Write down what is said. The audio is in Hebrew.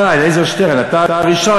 אתה, אלעזר שטרן, אתה הראשון.